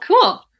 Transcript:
cool